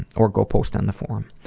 or go post on the forum.